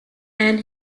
and